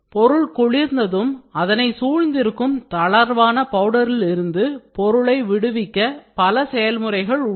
பொருள் குளிர்ந்ததும் அதனை சூழ்ந்திருக்கும் தளர்வான பவுடரில் இருந்து பொருளை விடுவிக்க பல செயல்முறைகள் உள்ளன